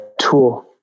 tool